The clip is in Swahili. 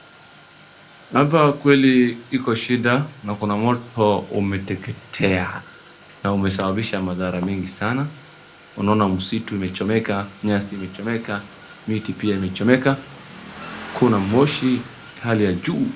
Hapa kweli iko shida na kuna moto umeteketea na umesababisha madhari mengi sana. unaona msitu imechomeka, nyasi imechomeka, miti pia imechomeka, kuna moshi hali ya juu.